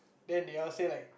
then they all say like